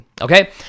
okay